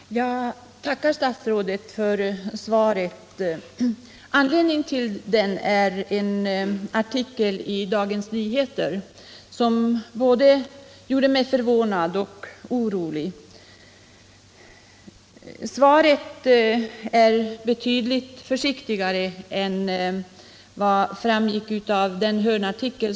Nr 24 Herr talman! Jag tackar statsrådet Troedsson för svaret. Anledningen till min fråga var en hörnartikel införd i Dagens Nyheter den 30 oktober som gjorde mig förvånad och orolig. Svaret är betydligt försiktigare än denna artikel.